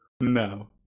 No